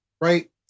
right